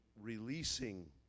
releasing